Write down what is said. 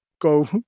go